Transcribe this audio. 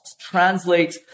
translate